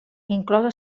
inclosa